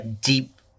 deep